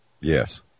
Yes